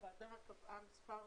לכן הוועדה קבעה מספר